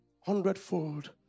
hundredfold